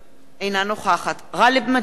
אינה נוכחת גאלב מג'אדלה,